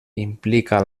implica